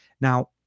Now